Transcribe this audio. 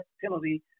penalty